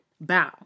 bow